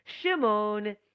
Shimon